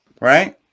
right